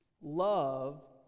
Love